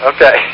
Okay